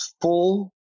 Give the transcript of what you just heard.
full